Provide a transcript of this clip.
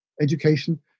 education